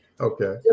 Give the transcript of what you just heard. Okay